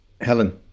helen